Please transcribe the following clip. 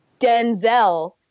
Denzel